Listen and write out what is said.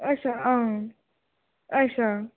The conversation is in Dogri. अच्छा हां अच्छा आं